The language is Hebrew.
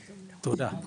תודה.